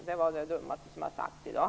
Det var det dummaste som har sagts i dag!